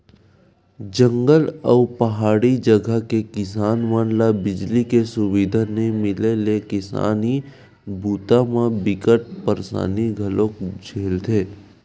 जंगल अउ पहाड़ी जघा के किसान मन ल बिजली के सुबिधा नइ मिले ले किसानी बूता म बिकट परसानी घलोक झेलथे